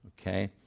okay